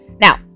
Now